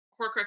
Horcrux